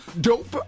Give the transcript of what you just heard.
dope